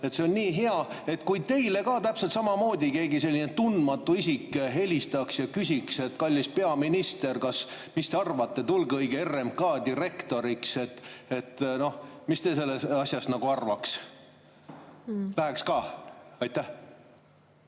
see on nii hea! Kui teile ka samamoodi keegi tundmatu isik helistaks ja küsiks, et kallis peaminister, mis te arvate, tulge õige RMK direktoriks, mis te sellest asjast arvaks? Läheks ka? Aitäh!